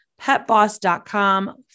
petboss.com